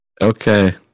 Okay